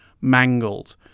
mangled